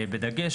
בדגש,